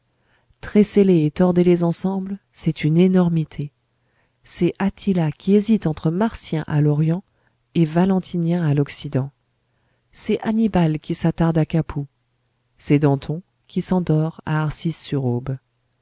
cela tressez les et tordez les ensemble c'est une énormité c'est attila qui hésite entre marcien à l'orient et valentinien à l'occident c'est annibal qui s'attarde à capoue c'est danton qui s'endort à